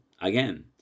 again